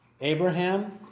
Abraham